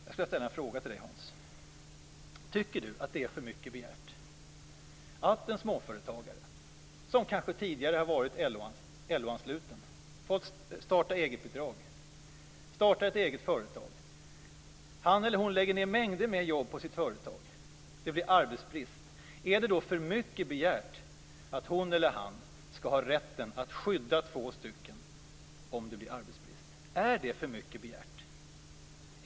Jag vill ställa en fråga till dig, Hans: En småföretagare har tidigare kanske har varit LO-ansluten och har kanske fått starta eget-bidrag. Han eller hon lägger ned mängder av jobb i sitt företag. Om det blir arbetsbrist, tycker du då att det är för mycket begärt att hon eller han skall ha rätt att skydda två anställda? Är det för mycket begärt?